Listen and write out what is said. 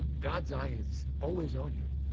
god's eye's always on you,